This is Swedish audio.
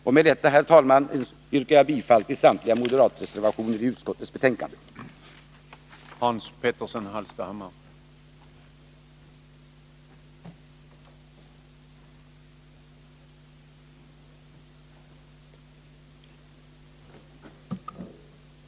Med det anförda, herr talman, yrkar jag bifall till samtliga moderatreservationer som behandlas i utrikesutskottets betänkande nr 20.